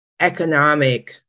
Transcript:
economic